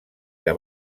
que